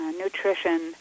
nutrition